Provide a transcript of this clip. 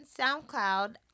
SoundCloud